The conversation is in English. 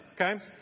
okay